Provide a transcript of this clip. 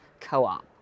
co-op